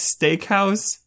Steakhouse